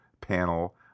panel